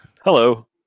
Hello